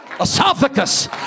esophagus